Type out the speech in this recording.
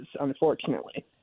unfortunately